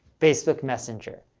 facebook messenger.